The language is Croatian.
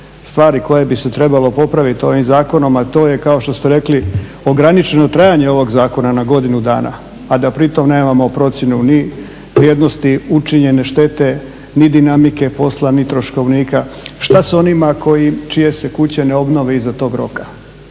stvari koje bi trebalo popraviti ovim zakonom, a to je kao što ste rekli ograničeno trajanje ovog zakona na godinu dana, a da pritom nemamo procjenu ni vrijednosti učinjene štete ni dinamike posla ni troškovnika. Šta s onima čije se kuće ne obnove iza tog roka,